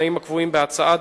בתנאים הקבועים בהצעה,